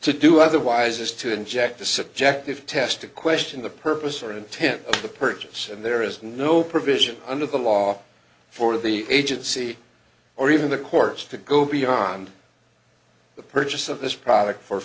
to do otherwise is to inject the subjective test to question the purpose or intent of the purchase and there is no provision under the law for the agency or even the courts to go beyond the purchase of this product for